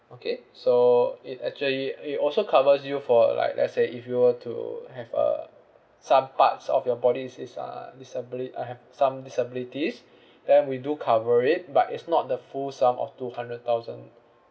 okay so it actually it also covers you for like let's say if you were to have uh some parts of your body's dis~ uh disabili~ uh have some disabilities then we do cover it but it's not the full sum of two hundred thousand